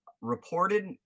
reported